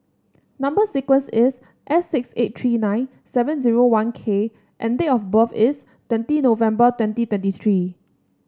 number sequence is S six eight three nine seven zero one K and date of birth is twenty November twenty twentieth three